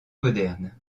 modernes